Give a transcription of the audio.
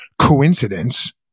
coincidence